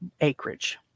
acreage